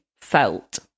felt